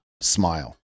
smile